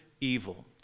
evil